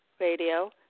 radio